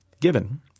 given